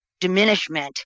diminishment